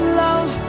love